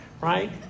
right